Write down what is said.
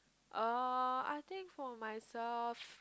uh I think for myself